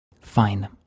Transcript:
Fine